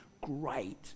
Great